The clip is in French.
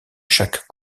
chaque